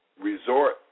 resort